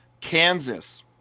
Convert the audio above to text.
Kansas